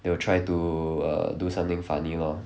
they will try to err do something funny lor